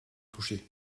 touchées